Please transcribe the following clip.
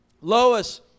Lois